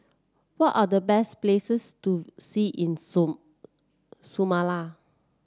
what are the best places to see in Somalia